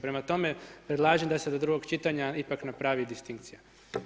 Prema tome, predlažem da se do drugoga čitanja ipak napravi distinkcija.